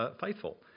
faithful